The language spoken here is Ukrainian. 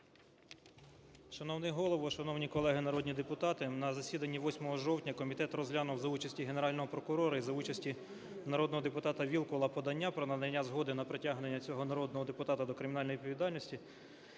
Шановний Голово, шановні колеги народні депутати! На засіданні 8 жовтня комітет розглянув за участі Генерального прокурора і за участі народного депутата Вілкула подання про надання згоди на притягнення цього народного депутата до кримінальної відповідальності.